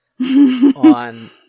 on